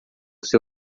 seu